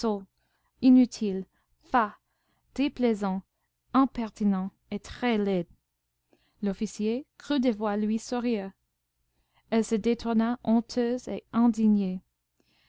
inutile fat déplaisant impertinent et très laid l'officier crut devoir lui sourire elle se détourna honteuse et indignée